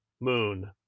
Moon